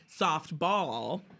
softball